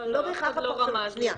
אף אחד לא רמז לכך.